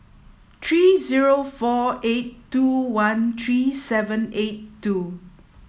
three zero four eight two one three seven eight two